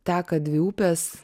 teka dvi upės